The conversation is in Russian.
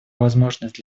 возможность